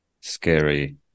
scary